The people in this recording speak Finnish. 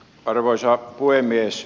arvoisa puhemies